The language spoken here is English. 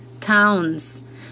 towns